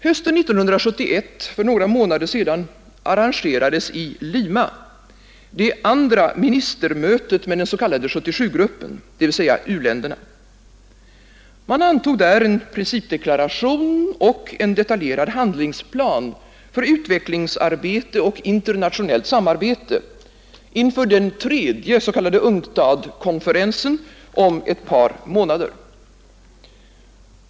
Hösten 1971 — för några månader sedan — arrangerades i Lima det andra ministermötet med den s.k. 77-gruppen, dvs. u-länderna. Man antog där en principdeklaration och en detaljerad handlingsplan för utvecklingsarbete och internationellt samarbete inför den tredje UNCTAD-konferensen om ett par månader.